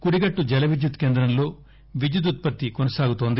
కుడిగట్టు జల విద్యుత్ కేంద్రంలో విద్యుత్ ఉత్పత్తి కొనసాగుతోంది